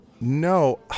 No